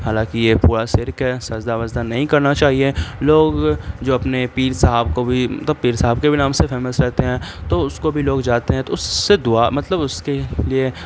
حالانکہ یہ پورا شرک ہیں سجدہ وجدہ نہیں کرنا چاہیے لوگ جو اپنے پیر صاحب کو بھی مطلب پیر صاحب کے بھی نام سے فیمس رہتے ہیں تو اس کو بھی لوگ جاتے ہیں تو اس سے دعا مطلب اس کے لیے